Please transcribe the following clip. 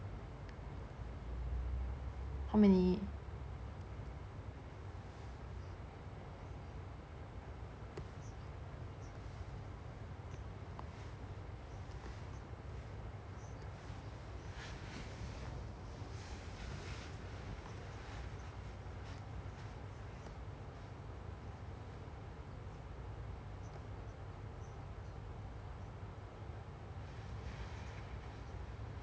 how many